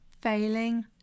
failing